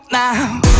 now